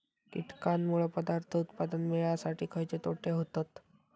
कीटकांनमुळे पदार्थ उत्पादन मिळासाठी खयचे तोटे होतत?